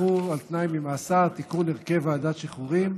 בניגוד ליתר החברים.